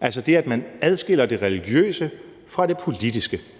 altså det, at man adskiller det religiøse fra det politiske,